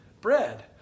bread